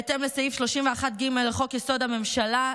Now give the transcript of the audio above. בהתאם לסעיף 31(ג) לחוק-יסוד: הממשלה,